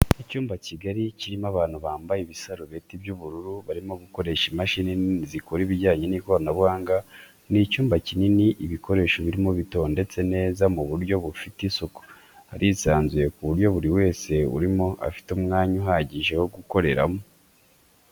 Icyumba kigari kirimo abantu bambaye ibisarubeti by'ubururu barimo gukoresha imashini nini zikora ibijyanye n'ikoranabuhanga, ni icyumba kinini, ibikoresho birimo bitondetse neza mu buryo bufite isuku, harisanzuye ku buryo buri wese urimo afite umwanya uhagije wo gukoreramo.